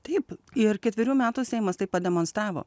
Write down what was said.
taip ir ketverių metų seimas tai pademonstravo